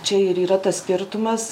čia ir yra tas skirtumas